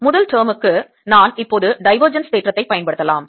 முதல் term க்கு நான் இப்போது divergence தேற்றத்தைப் பயன்படுத்தலாம்